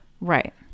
Right